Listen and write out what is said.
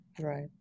Right